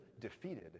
defeated